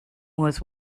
was